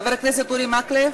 חבר הכנסת אורי מקלב,